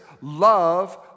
Love